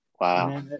Wow